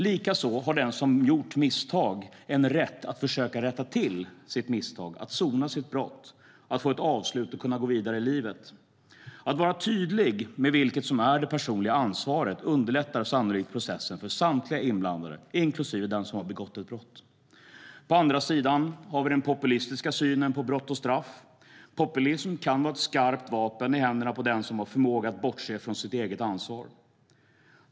Likaså har den som har gjort misstag en rätt att försöka rätta till sitt misstag, sona sitt brott, få ett avslut och kunna gå vidare i livet. Att vara tydlig med vilket som är det personliga ansvaret underlättar sannolikt processen för samtliga inblandade, inklusive den som har begått ett brott. På andra sidan har vi den populistiska synen på brott och straff. Populism kan vara ett skarpt vapen i händerna på den som har förmåga att bortse från sitt eget ansvar.